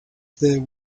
there